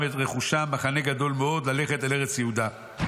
ואת רכושם מחנה גדול מאוד ללכת אל ארץ יהודה".